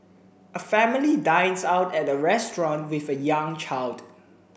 a family dines out at a restaurant with a young child